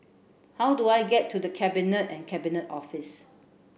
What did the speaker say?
how do I get to The Cabinet and Cabinet Office